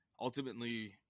ultimately